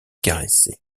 caresser